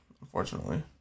Unfortunately